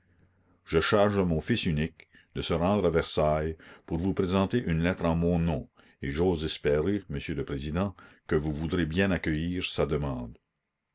je charge mon fils unique de se rendre à versailles pour vous présenter une lettre en mon nom et j'ose espérer monsieur le président que vous voudrez bien accueillir sa demande